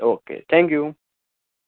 okay thank you